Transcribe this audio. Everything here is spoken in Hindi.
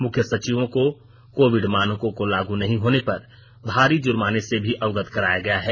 मुख्य सचिवों को कोविड मानकों को लागू नहीं होने पर भारी जुर्माने से भी अवगत कराया गया है